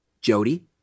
Jody